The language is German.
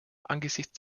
angesichts